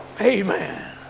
Amen